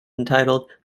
entitled